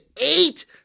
Eight